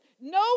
no